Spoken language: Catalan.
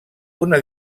una